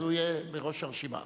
אז הוא יהיה בראש הרשימה.